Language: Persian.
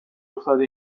افتاده